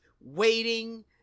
waiting